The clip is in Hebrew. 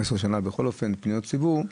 15 שנה בכל אופן פניות ציבור,